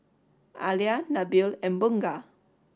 Alya Nabil and Bunga